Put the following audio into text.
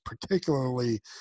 particularly